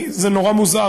זה נורא מוזר.